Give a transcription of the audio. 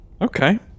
okay